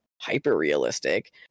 hyper-realistic